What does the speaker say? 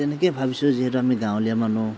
তেনেকেই ভাবিছোঁ যিহেতু আমি গাঁৱলীয়া মানুহ